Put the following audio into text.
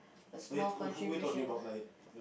a small contribution